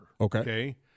Okay